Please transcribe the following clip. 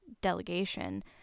delegation